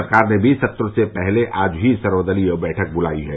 सरकार ने भी सत्र से पहले आज ही सर्वदलीय बैठक बुलाई है